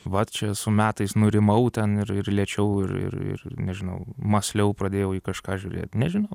vat čia su metais nurimau ten ir ir lėčiau ir ir ir nežinau mąsliau pradėjau į kažką žiūrėt nežinau